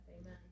Amen